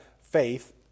faith